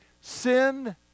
Sin